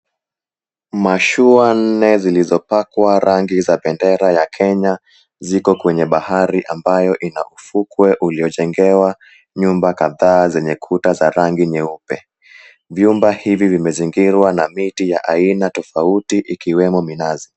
Mashua nne zilizopakwa rangi za bendera ya Kenya ziko kwenye bahari ambayo ina ufukwe uliojengewa nyumba kadhaa zenye kuta za rangi nyeupe. Vyumba hivi vimezingirwa na miti ya aina tofauti ikiwemo minazi.